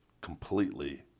completely